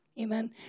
Amen